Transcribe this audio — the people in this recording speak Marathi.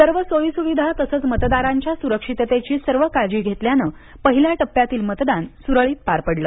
सर्व सोयी सुविधा तसच मतदारांच्या सुरक्षिततेची सर्व काळजी घेतल्यानं पहिल्या टप्प्यातील मतदान सुरळीत पार पडलं